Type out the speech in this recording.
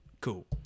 cool